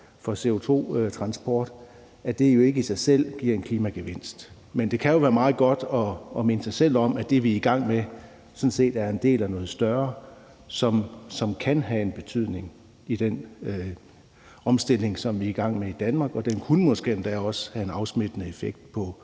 for CO2-transport ikke i sig selv giver en klimagevinst. Men det kan jo være meget godt at minde sig selv om, at det, vi er i gang med, sådan set er en del af noget større, som kan have en betydning i den omstilling, som vi er i gang med i Danmark, og den kunne måske endda også have en afsmittende effekt på,